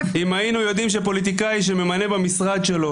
אם היינו יודעים שפוליטיקאי שממנה במשרד שלו,